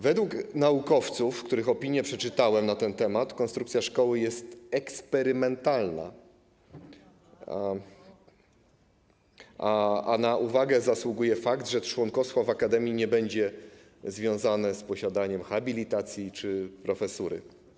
Według naukowców, których opinię na ten temat przeczytałem, konstrukcja szkoły jest eksperymentalna, a na uwagę zasługuje fakt, że członkostwo w akademii nie będzie związane z posiadaniem habilitacji czy profesury.